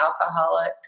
alcoholic